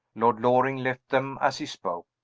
lord loring left them as he spoke.